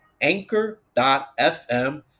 Anchor.fm